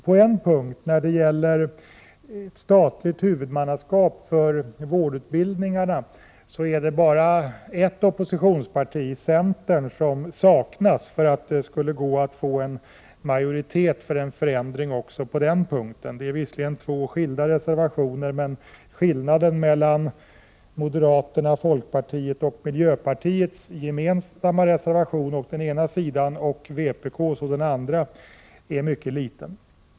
På en punkt, nämligen när det gäller statligt huvudmannaskap för vårdutbildningarna, är det bara ett oppositionsparti, centern, som saknas för att det skulle gå att få en majoritet för en förändring också på den punkten. Det är visserligen två skilda reservationer, men skillnaden mellan moderaternas, folkpartiets och miljöpartiets gemensamma reservation å ena sidan och vpk:s å den andra är mycket liten.